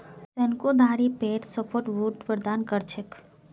शंकुधारी पेड़ सॉफ्टवुड प्रदान कर छेक